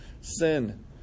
sin